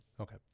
Okay